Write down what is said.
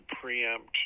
preempt